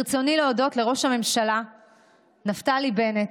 ברצוני להודות לראש הממשלה נפתלי בנט,